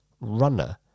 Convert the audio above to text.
runner